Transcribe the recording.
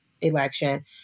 election